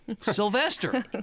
Sylvester